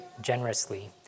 generously